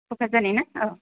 कक्राझारनिना औ